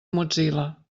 mozilla